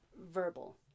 verbal